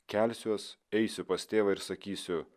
kelsiuos eisiu pas tėvą ir sakysiu